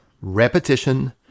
repetition